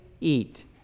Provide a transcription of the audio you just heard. eat